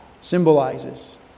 symbolizes